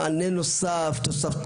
שנאלצים למצוא איזה מענה נוסף באופן